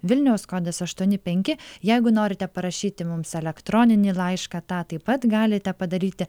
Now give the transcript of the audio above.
vilniaus kodas aštuoni penki jeigu norite parašyti mums elektroninį laišką tą taip pat galite padaryti